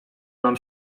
nam